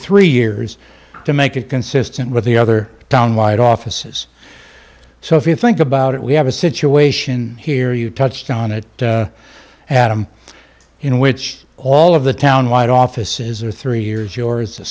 three years to make it consistent with the other town wide offices so if you think about it we have a situation here you touched on it at him in which all of the town wide offices are three years yours